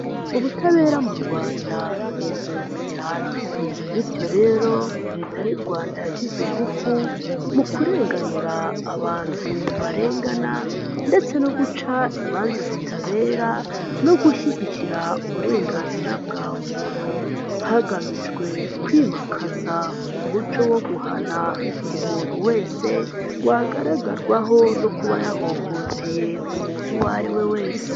Ubutabera mu rwanda ni ingenzi cyane, bityo rero leta y'u rwanda yashyize ingufu mu kurenganura abantu barengana, ndetse no guca imanza zitabera no gushyigikira uburenganzira bwa muntu, hagamijwe kwimakaza umuco wo guhana umuntu wese wagaragarwaho no kuba yahohoteye umuntu uwo ari we wese.